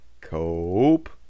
Cope